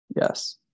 Yes